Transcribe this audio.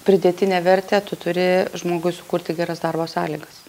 pridėtinę vertę tu turi žmogui sukurti geras darbo sąlygas